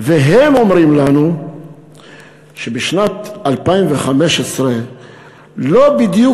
והם אומרים לנו שבשנת 2015 לא בדיוק